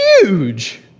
huge